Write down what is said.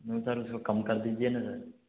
no sir उसको कम कर दीजिए ना सर